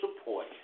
support